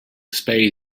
spade